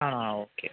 ആ ആ ഓക്കെ